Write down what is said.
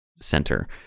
center